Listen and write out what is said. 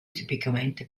tipicamente